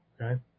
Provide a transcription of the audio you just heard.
Okay